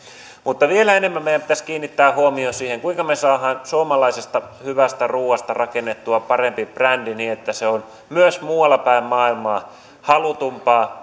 mutta vielä enemmän meidän pitäisi kiinnittää huomio siihen kuinka me saamme suomalaisesta hyvästä ruoasta rakennettua paremman brändin niin että se on myös muuallapäin maailmaa halutumpaa